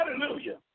Hallelujah